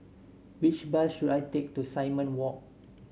which bus should I take to Simon Walk